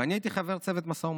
ואני הייתי חבר צוות משא ומתן.